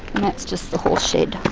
and that's just the horse shed.